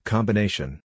Combination